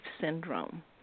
syndrome